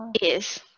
Yes